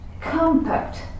compact